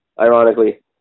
ironically